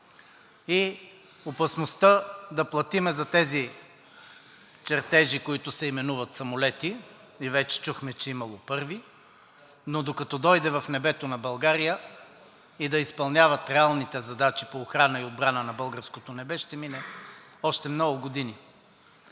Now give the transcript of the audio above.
и опасността да платим за тези чертежи, които се именуват самолети. Вече чухме, че имало първи, но докато дойде в небето над България и да изпълнява реалните задачи по охрана и отбрана на българското небе, ще минат още много години.